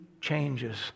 changes